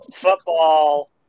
football